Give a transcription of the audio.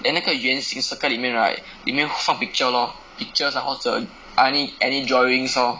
then 那个圆形 circle 里面 right 里面放 picture lor pictures 或者 any any drawings lor